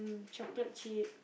chocolate chip